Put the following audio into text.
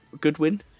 Goodwin